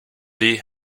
lee